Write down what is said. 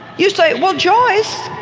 you say, well, joyce,